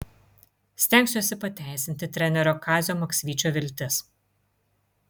stengsiuosi pateisinti trenerio kazio maksvyčio viltis